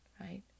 Right